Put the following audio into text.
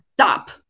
stop